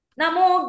Namo